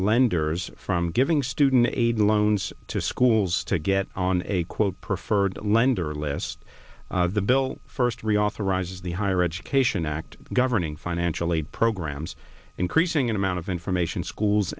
lenders from giving student aid loans to schools to get on a quote preferred lender lest the bill first reauthorize the higher education act governing financial aid programs increasing in amount of information schools